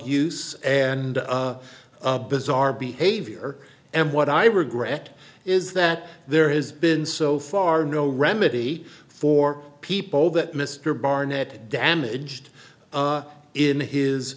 use and a bizarre behavior and what i regret is that there has been so far no remedy for people that mr barnett damaged in his